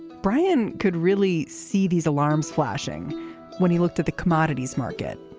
brian could really see these alarms flashing when he looked at the commodities market